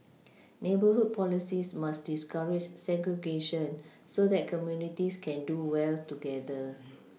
neighbourhood policies must discourage segregation so that communities can do well together